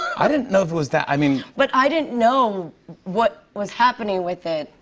i didn't know if it was that. i mean but i didn't know what was happening with it,